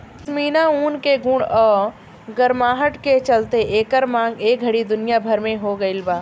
पश्मीना ऊन के गुण आ गरमाहट के चलते एकर मांग ए घड़ी दुनिया भर में हो गइल बा